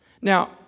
Now